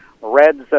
Reds